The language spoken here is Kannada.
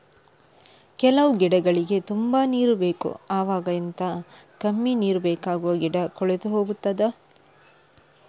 ಕೆಲವು ಗಿಡಗಳಿಗೆ ತುಂಬಾ ನೀರು ಬೇಕು ಅವಾಗ ಎಂತ, ಕಮ್ಮಿ ನೀರು ಬೇಕಾಗುವ ಗಿಡ ಕೊಳೆತು ಹೋಗುತ್ತದಾ?